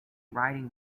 writing